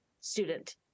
student